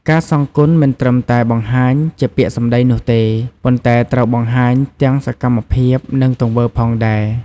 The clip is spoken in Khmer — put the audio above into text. ការសងគុណមិនត្រឹមតែបង្ហាញជាពាក្យសម្ដីនោះទេ ប៉ុន្តែត្រូវបង្ហាញទាំងសកម្មភាពនិង ទង្វើផងដែរ។